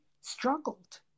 struggled